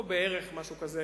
או בערך משהו כזה,